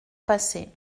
passé